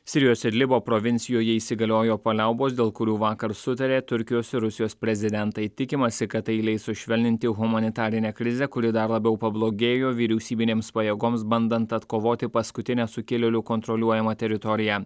sirijos idlibo provincijoje įsigaliojo paliaubos dėl kurių vakar sutarė turkijos ir rusijos prezidentai tikimasi kad tai leis sušvelninti humanitarinę krizę kuri dar labiau pablogėjo vyriausybinėms pajėgoms bandant atkovoti paskutinę sukilėlių kontroliuojamą teritoriją